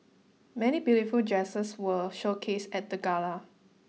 many beautiful dresses were showcased at the gala